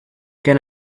can